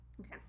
Okay